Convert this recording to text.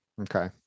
Okay